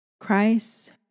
Christ